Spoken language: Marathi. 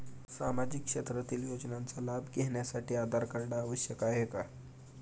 सामाजिक क्षेत्रातील योजनांचा लाभ घेण्यासाठी आधार कार्ड आवश्यक आहे का?